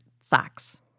socks